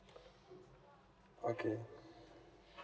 okay